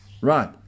Right